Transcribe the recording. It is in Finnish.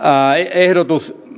ehdotus